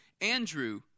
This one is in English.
Andrew